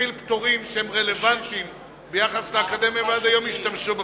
מכיל פטורים שהם רלוונטיים ביחס לאקדמיה ועד היום השתמשו בפטורים.